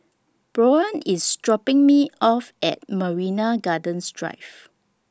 Bryon IS dropping Me off At Marina Gardens Drive